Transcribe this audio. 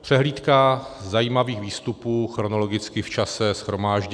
Přehlídka zajímavých výstupů, chronologicky v čase shromážděná.